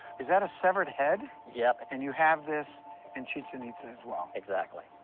is that a severed head? yep. and you have this in chichen itza as well? exactly.